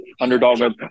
underdog